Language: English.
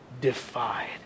defied